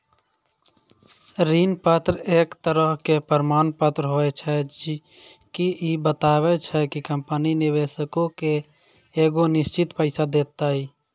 ऋण पत्र एक तरहो के प्रमाण पत्र होय छै जे की इ बताबै छै कि कंपनी निवेशको के एगो निश्चित पैसा देतै